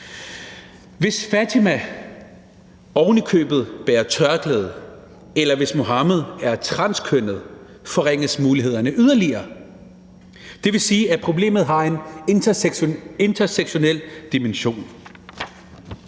Hvis Fatima oven i købet bærer tørklæde, eller hvis Mohammed er transkønnet, forringes mulighederne yderligere. Det vil sige, at problemet har en intersektionel dimension.